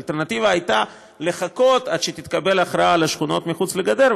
האלטרנטיבה הייתה לחכות עד שתתקבל הכרעה על השכונות שמחוץ לגדר,